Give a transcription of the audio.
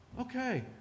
Okay